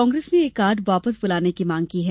कांग्रेस ने ये कॉर्ड वापस बुलाने की मांग की है